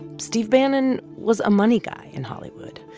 steve bannon was a money guy in hollywood,